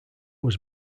was